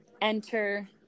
enter